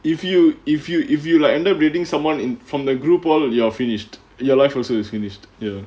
if you if you if you like end up dating someone in from the group !wow! you're finished your life also is finished ya